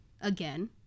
again